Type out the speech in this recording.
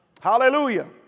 hallelujah